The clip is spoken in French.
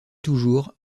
toujours